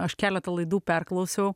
aš keletą laidų perklausiau